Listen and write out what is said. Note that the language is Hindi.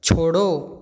छोड़ो